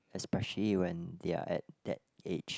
especially when they are at that age